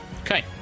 Okay